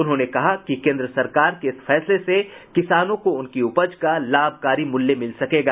उन्होंने कहा कि केन्द्र सरकार के इस फैसले से किसानों को उनकी उपज का लाभकारी मूल्य मिल सकेगा